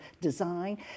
design